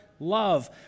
love